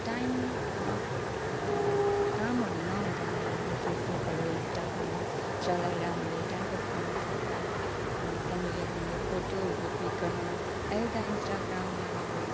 time न यो कामहरू नहुँदा हामीले फेसबुकहरू इन्स्टाग्राम चलाएर हामीले टाइमपास गर्नु सक्छ अनि त्यहाँनेरि हामीले फोटोहरू क्लिक गर्नु अहिले त इन्स्टाग्राममा अब